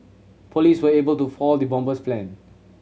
police were able to foil the bomber's plan